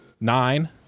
nine